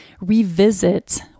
revisit